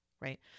Right